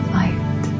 light